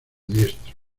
diestro